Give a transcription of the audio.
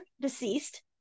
deceased